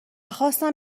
خواستم